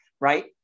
right